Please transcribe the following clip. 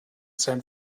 san